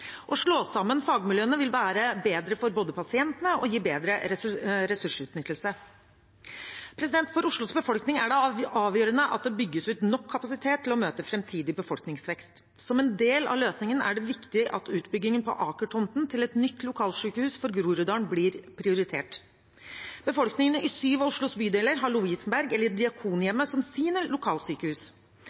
Å slå sammen fagmiljøene vil være bedre for pasientene og gi bedre ressursutnyttelse. For Oslos befolkning er det avgjørende at det bygges ut nok kapasitet til å møte framtidig befolkningsvekst. Som en del av løsningen er det viktig at utbyggingen på Aker-tomten til et nytt lokalsykehus for Groruddalen blir prioritert. Befolkningen i syv av Oslos bydeler har Lovisenberg eller Diakonhjemmet som sitt lokalsykehus.